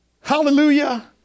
Hallelujah